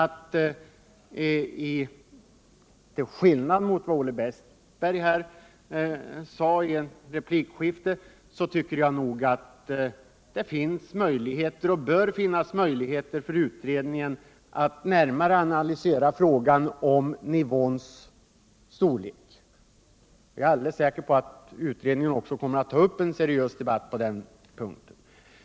Till skillnad mot vad Olle Westberg sade i ett replikskifte menar jag att det finns och bör finnas möjligheter för utredningen all närmare analysera frågan om nivåns höjd. Jag är alldeles säker på att utredningen kommer att ta upp en seriös debatt på den punkten.